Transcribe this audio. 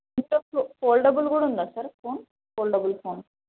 అంటే ఇప్పుడు ఫోల్డబుల్ కూడా ఉందా సార్ ఫోన్ ఫోల్డబుల్ ఫోన్